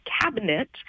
cabinet